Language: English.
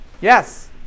Yes